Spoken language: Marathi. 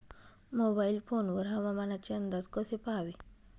मोबाईल फोन वर हवामानाचे अंदाज कसे पहावे?